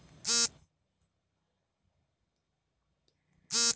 ಜೋಳ ಹಾಗೂ ಮೆಕ್ಕೆಜೋಳ ಬೆಳೆ ವೇಗವಾಗಿ ಬೆಳೆಯಲು ಯಾವ ಗೊಬ್ಬರದ ಅವಶ್ಯಕತೆ ಇದೆ?